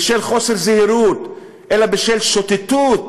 בשל חוסר זהירות, אלא בשל שוטטות,